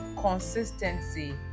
consistency